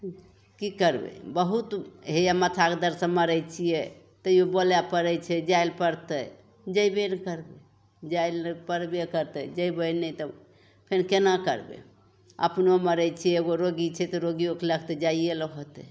कि करबै बहुत हइए माथाके दरदसे मरै छिए तैओ बोले पड़ै छै जाइ ले पड़तै जएबे ने करबै जाइ ले पड़बे करतै जएबै नहि तऽ फेर कोना करबै अपनो मरै छिए एगो रोगी छै तऽ रोगिओके लैके जाइ ले होतै